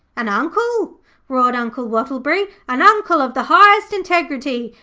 an uncle roared uncle wattleberry. an uncle of the highest integrity.